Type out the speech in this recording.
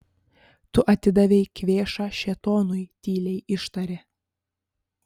tu atidavei kvėšą šėtonui tyliai ištarė